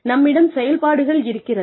நம்மிடம் செயல்பாடுகள் இருக்கிறது